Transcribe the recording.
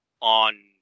on